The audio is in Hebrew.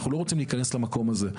אנחנו לא רוצים להיכנס למקום הזה.